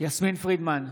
יסמין פרידמן,